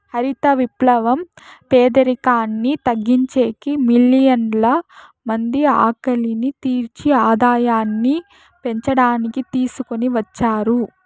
హరిత విప్లవం పేదరికాన్ని తగ్గించేకి, మిలియన్ల మంది ఆకలిని తీర్చి ఆదాయాన్ని పెంచడానికి తీసుకొని వచ్చారు